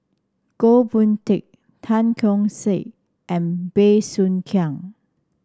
Goh Boon Teck Tan Keong Saik and Bey Soo Khiang